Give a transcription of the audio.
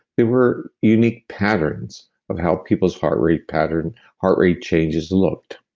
there were unique patterns of how people's heart rate pattern, heart rate changes looked.